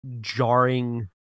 jarring